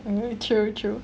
I know it true true